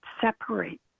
separate